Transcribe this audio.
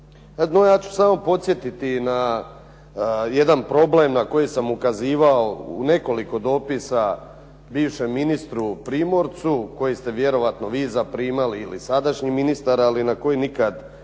Ja ću samo podsjetiti na jedan problem na koji sam ukazivao u nekoliko dopisa bivšem ministru Primorcu, koji ste vjerojatno vi zaprimali ili sadašnji ministar, ali na koji nikada nisam